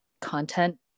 content